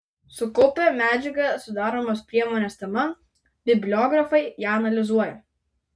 sukaupę medžiagą sudaromos priemonės tema bibliografai ją analizuoja